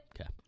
Okay